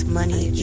money